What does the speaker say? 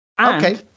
Okay